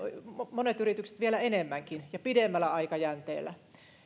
monet yritykset vielä enemmänkin ja pidemmällä aikajänteellä